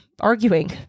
arguing